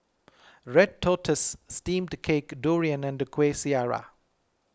Red Tortoise Steamed Cake Durian and Kueh Syara